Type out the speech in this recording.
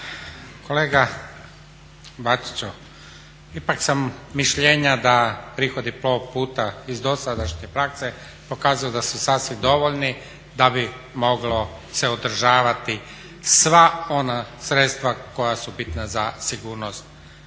Kolega Bačiću ipak sam mišljenja da prihodi Plovputa iz dosadašnje prakse pokazuju da su sasvim dovoljni da bi se moglo održavati sva ona sredstva koja su bitna za sigurnost